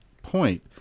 point